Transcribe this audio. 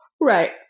Right